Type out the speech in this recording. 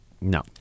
No